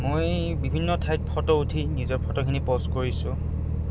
মই বিভিন্ন ঠাইত ফটো উঠি নিজৰ ফটোখিনি প'ষ্ট কৰিছোঁ